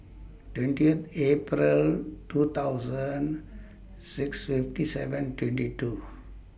twentieth April two thousand six fifty seven twenty two